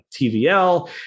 TVL